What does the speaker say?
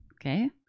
okay